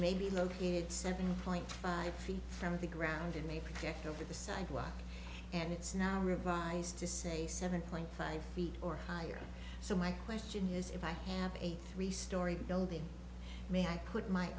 maybe located seven point five feet from the ground it may project over the sidewalk and it's now revised to say seven point five feet or higher so my question is if i have a three story building may i put my